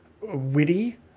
witty